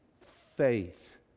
faith